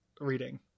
reading